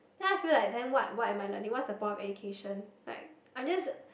then I feel like then what what am I learning what's the point of education like I just